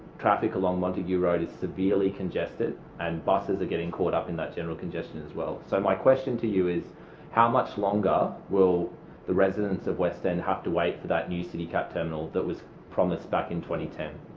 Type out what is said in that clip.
traffic along montague road is severely congested and buses are getting caught up in that general congestion as well. so my question to you is how much longer will the residents of west end have to wait for that new citycat terminal that was promised back in two